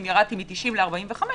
אם ירדתי מ-90 ל-45,